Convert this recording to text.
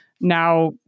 now